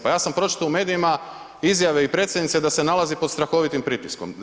Pa ja sam pročitao u medijima izjave i predsjednice da se nalazi pod strahovitim pritiskom.